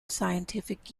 scientific